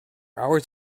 hours